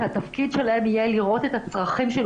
שהתפקיד שלהם יהיה לראות את הצרכים של